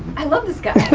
i love this guy.